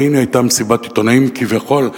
והנה היתה מסיבת עיתונאים כביכול,